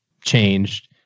changed